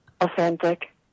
Authentic